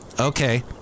Okay